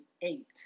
eight